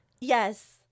yes